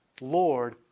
Lord